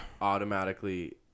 automatically